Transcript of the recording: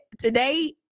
Today